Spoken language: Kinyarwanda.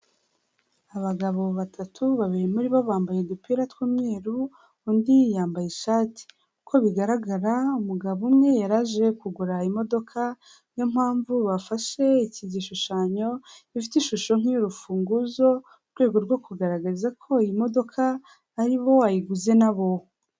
Abagabo batatu, babiri muri bo bambaye udupira tw'umweru, undi yambaye ishati, uko bigaragara umugabo umwe yaraje kugura imodoka, ni yo mpamvu bafashe iki gishushanyo gifite ishusho nk'iy'urufunguzo, mu rwego rwo kugaragaza ko iyi modoka ari we wayiguze nabo.